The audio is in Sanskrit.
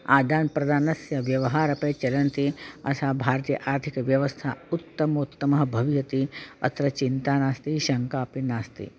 आदानं प्रदानस्य व्यवहारपि चलति असा भारतीय आर्थिकव्यवस्था उत्तमोत्तमा भवति अत्र चिन्ता नास्ति शङ्का अपि नास्ति